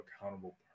accountable